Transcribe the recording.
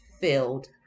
filled